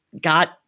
got